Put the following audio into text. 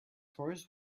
horse